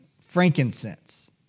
frankincense